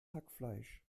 hackfleisch